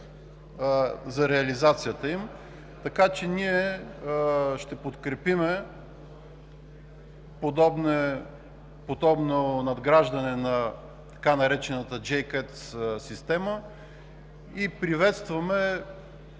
за реализацията им, така че ние ще подкрепим подобно надграждане на така наречената JCATS система, и приветстваме